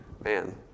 Man